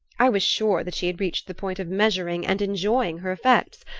i was sure that she had reached the point of measuring and enjoying her effects,